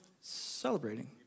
celebrating